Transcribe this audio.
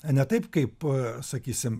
ne taip kaip sakysim